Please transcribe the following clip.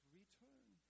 return